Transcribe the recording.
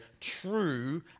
true